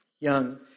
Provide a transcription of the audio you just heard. young